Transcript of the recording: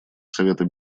совета